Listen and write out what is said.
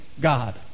God